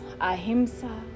Ahimsa